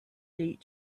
date